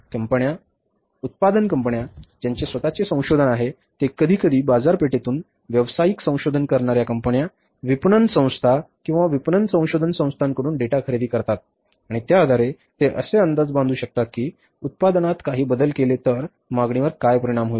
कंपन्या उत्पादन कंपन्या ज्यांचे स्वतःचे संशोधन आहे ते कधीकधी बाजारपेठेतून व्यावसायिक संशोधन करणाऱ्या कंपन्या विपणन संस्था किंवा विपणन संशोधन संस्थांकडून डेटा खरेदी करतात आणि त्या आधारे ते असे अंदाज बांधू शकतात की उत्पादनात काही बदल केले तर मागणीवर काय परिणाम होईल